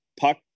puck